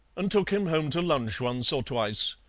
and took him home to lunch once or twice.